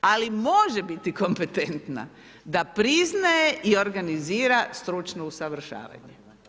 Ali može biti kompetentna da priznaje i organizira stručno usavršavanje.